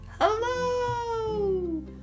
HELLO